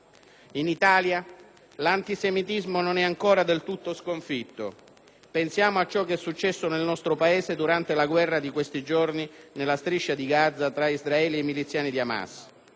In Italia l'antisemitismo non è ancora del tutto sconfitto. Pensiamo a ciò che è successo nel nostro Paese durante la guerra di questi giorni nella striscia di Gaza tra Israele e i miliziani di Hamas.